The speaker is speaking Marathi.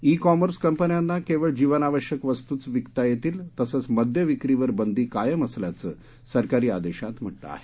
ई कॉमर्स कंपन्यांना केवळ जीवनावश्यक वस्तूच विकता येतील तसंच मद्यविक्रीवर बंदी कायम असल्याचं सरकारी आदेशात म्हटलं आहे